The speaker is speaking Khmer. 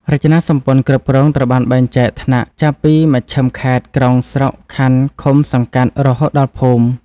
រចនាសម្ព័ន្ធគ្រប់គ្រងត្រូវបានបែងចែកថ្នាក់ចាប់ពី មជ្ឈិម ខេត្ត-ក្រុង ស្រុក-ខណ្ឌ ឃុំ-សង្កាត់ រហូតដល់ភូមិ។